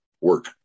work